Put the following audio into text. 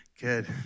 Good